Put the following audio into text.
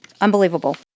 unbelievable